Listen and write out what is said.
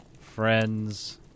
friends